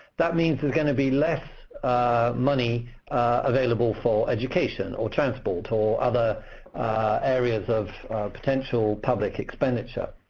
that means there's going to be less money available for education, or transport, or other areas of potential public expenditure.